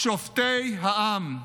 "שופטי העם,